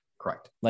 Correct